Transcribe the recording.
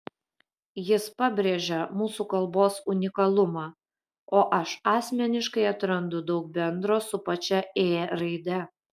jis pabrėžia mūsų kalbos unikalumą o aš asmeniškai atrandu daug bendro su pačia ė raide